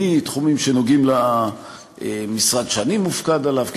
מתחומים שנוגעים למשרד שאני מופקד עליו,